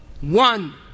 one